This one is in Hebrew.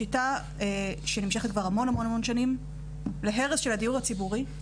שיטה שנמשכת כבר המון המון שנים להרס של הדיור הציבורי.